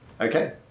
Okay